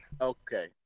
Okay